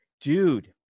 Dude